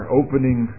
opening